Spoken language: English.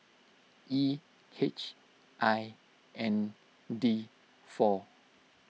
E H I N D four